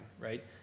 right